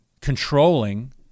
controlling